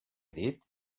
dit